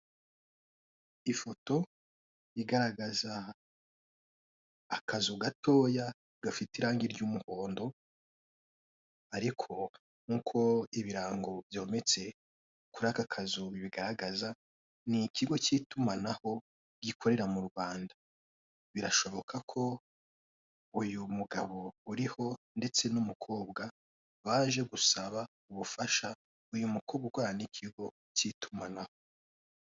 Akazu k'umuhondo kariho ibirango bya sosiyete y'itumanaho ya MTN. Karimo umukozi w'iyi sosiyete utanga amayinite ndetse n'izindi serivisi zose zitangwa n'iyi sosiyete.